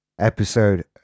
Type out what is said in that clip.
episode